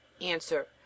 Answer